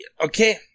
Okay